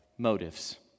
Motives